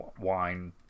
wine